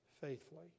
faithfully